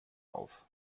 auf